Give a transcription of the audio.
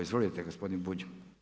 Izvolite gospodine Bulj.